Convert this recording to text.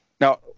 Now